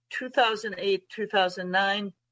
2008-2009